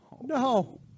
No